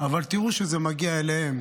אבל תראו שזה מגיע אליהם,